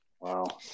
Wow